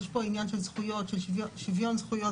יש פה עניין של זכויות ושוויון זכויות